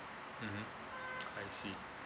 mmhmm I see